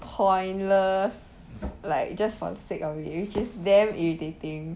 pointless like just for the sake of it which is damn irritating